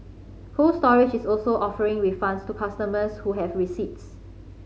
Cold Storage is also offering refunds to customers who have receipts